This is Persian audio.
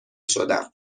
شدم